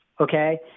okay